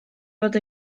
fod